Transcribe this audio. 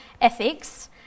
ethics